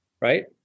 right